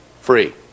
free